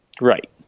Right